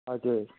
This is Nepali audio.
हजुर